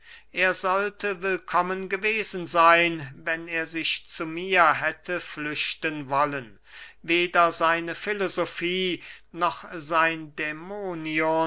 er sollte willkommen gewesen seyn wenn er sich zu mir hätte flüchten wollen weder seine filosofie noch sein dämonion